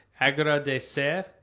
agradecer